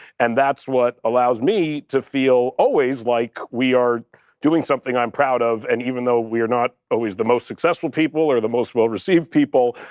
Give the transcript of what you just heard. and that's what allows me to feel always like we are doing something i'm proud of, and even though we're not always the most successful people or the most well received people,